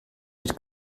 wird